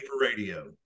radio